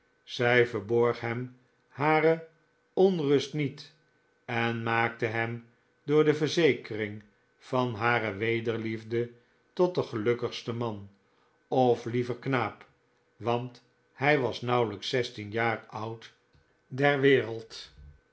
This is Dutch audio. zij verborg hem hare onrust niet en maakte hem door de verzekering van hare wederliefde tot den gelukkigsten man of liever knaap want hij was nauwelijks zestien jaar oud der wereld